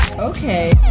Okay